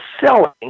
selling